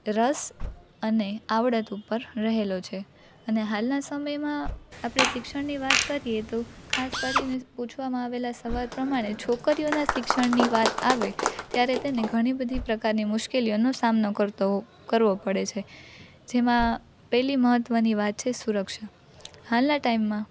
રસ અને આવડત ઉપર રહેલો છે અને હાલના સમયમાં આપણે શિક્ષણની વાત કરીએ તો ખાસ કરીને પૂછવામાં આવેલા સવાલ પ્રમાણે છોકરીઓનાં શિક્ષણની વાત આવે ત્યારે તેને ઘણી બધી પ્રકારની મુશ્કેલીઓનો સામનો કરવો પડે છે જેમાં પહેલી મહત્ત્વની વાત છે સુરક્ષા હાલના ટાઇમમાં